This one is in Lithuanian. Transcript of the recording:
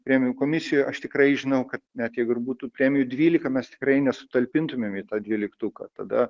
premijų komisijoj aš tikrai žinau kad net jeigu ir būtų premijų dvylika mes tikrai nesutalpintumėm į tą dvyliktuką tada